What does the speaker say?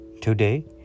Today